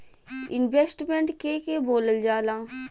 Investment के के बोलल जा ला?